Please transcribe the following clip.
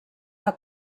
que